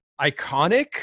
iconic